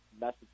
message